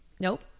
Nope